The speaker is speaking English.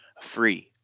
free